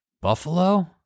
buffalo